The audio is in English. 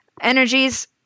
energies